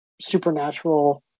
supernatural